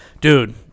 dude